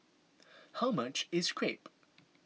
how much is Crepe